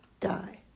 die